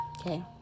Okay